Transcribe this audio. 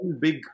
big